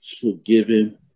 forgiven